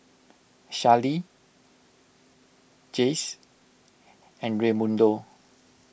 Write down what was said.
Charley Jace and Raymundo